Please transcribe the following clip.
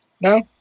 No